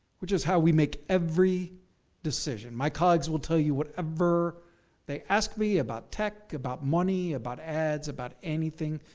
which is how we make every decision. my colleagues will tell you whatever, they they ask me about tech, about money, about ads, about anything,